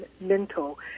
mental